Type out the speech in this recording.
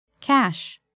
Cash